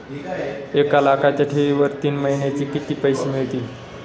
एक लाखाच्या ठेवीवर तीन महिन्यांनी किती पैसे मिळतील?